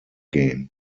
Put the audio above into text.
game